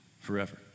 forever